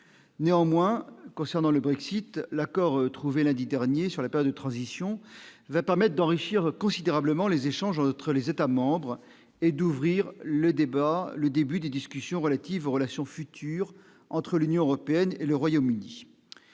néanmoins concernant le Brexit l'accord trouvé lundi dernier sur la période de transition va pas maître d'enrichir considérablement les échanges entre les États membres et d'ouvrir le débat, le début des discussions relatives aux relations futures entre l'Union européenne et le Royaume-Uni,